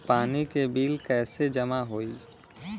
पानी के बिल कैसे जमा होयी?